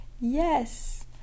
Yes